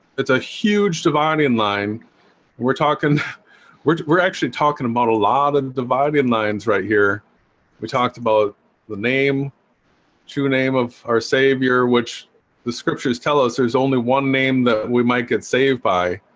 it's a huge dividing and line we're talking we're we're actually talking about a lot of dividing and lines right here we talked about the name name of our savior which the scriptures tell us. there's only one name that we might get saved by